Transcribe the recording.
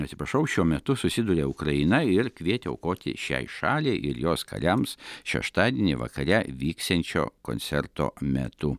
atsiprašau šiuo metu susiduria ukraina ir kvietė aukoti šiai šaliai ir jos kariams šeštadienį vakare vyksiančio koncerto metu